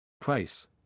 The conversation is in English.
price